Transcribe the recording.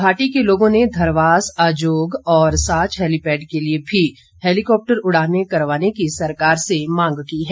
घाटी के लोगों ने धरवास आजोग और साच हैलीपैड के लिए भी हैलीकॉप्टर उड़ानें करवाने की सरकार से मांग की है